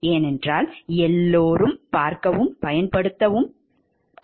ஏனென்றால் எல்லோரும் பார்க்கவும் பயன்படுத்தவும் முடியும்